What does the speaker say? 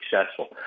successful